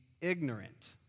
Ignorant